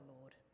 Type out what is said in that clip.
Lord